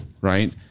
right